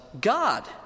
God